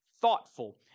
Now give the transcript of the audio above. thoughtful